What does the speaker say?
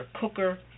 cooker